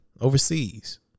overseas